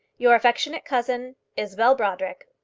your affectionate cousin, isabel brodrick.